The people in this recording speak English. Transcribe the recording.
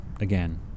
Again